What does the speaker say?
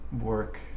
work